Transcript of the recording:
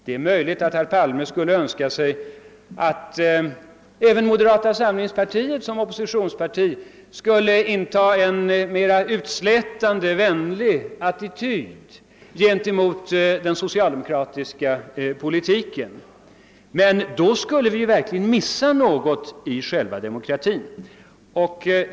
Det är möjligt att herr Palme skulle önska att även moderata samlingspartiet som oppositionsparti intog en mera utslätande, vänlig attityd till den socialdemokratiska politiken. Men då skulle vi verkligen missa något i själva demokratin.